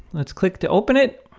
let's click to open it,